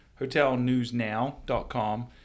hotelnewsnow.com